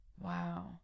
Wow